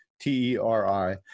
T-E-R-I